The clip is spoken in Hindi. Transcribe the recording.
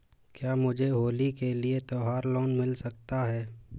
क्या मुझे होली के लिए त्यौहार लोंन मिल सकता है?